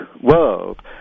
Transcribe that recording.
world